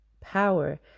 power